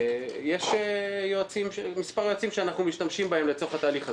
יש מספר יועצים שאנחנו משתמשים בהם לצורך התהליך הזה.